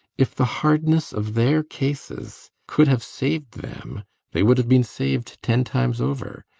if the hardness of their cases could have saved them they would have been saved ten times over.